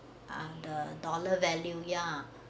ah the dollar value ya